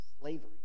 slavery